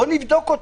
בוא נבדוק אותה.